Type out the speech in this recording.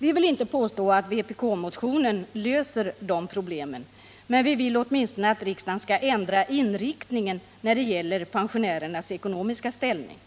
Vi vill inte påstå att vpk-motionen löser de problemen, men vi vill åtminstone att riksdagen skall ändra inriktningen när det gäller pensionärernas ekonomiska ställning.